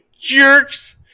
jerks